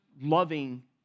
loving